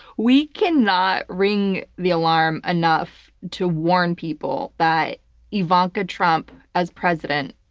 we cannot ring the alarm enough to warn people that ivanka trump, as president,